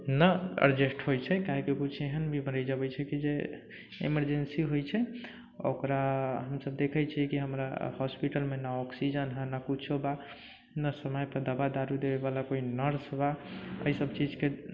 न एडजस्ट होइ छै काहेकि कुछ एहन भी मरीज अबै छै कि जे इमर्जेन्सी होइ छै ओकरा हम सभ देखै छियै कि हमरा हॉस्पिटलमे न ऑक्सिजन है न कुछौ बा न समय पर दवा दारू दै बला कोइ नर्स बा एहि सभ चीजके